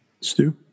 Stu